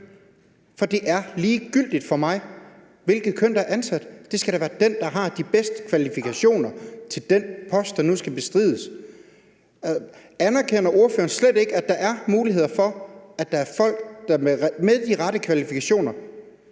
for det er ligegyldigt for mig, hvilket køn der er ansat. Det skal da være den, der har de bedste kvalifikationer til den post, der nu skal bestrides, som ansættes. Anerkender ordføreren slet ikke, at der er risiko for, at folk med de rette kvalifikationer